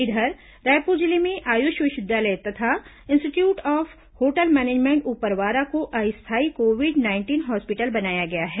इधर रायपुर जिले में आयुष विश्वविद्यालय तथा institute of hotel management Uparwara को अस्थायी कोविड नाइंटीन हॉस्पिटल बनाया गया है